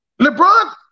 LeBron